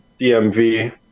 DMV